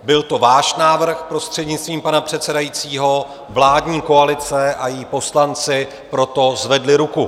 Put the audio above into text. Byl to váš návrh, prostřednictvím pana předsedajícího, vládní koalice, a její poslanci pro to zvedli ruku.